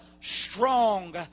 strong